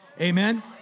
Amen